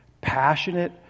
passionate